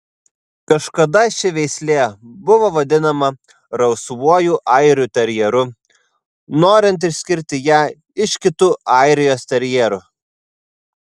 kažkada ši veislė buvo vadinama rausvuoju airių terjeru norint išskirti ją iš kitų airijos terjerų